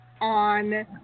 on